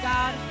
God